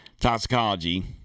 Toxicology